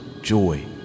joy